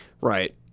right